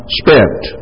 spent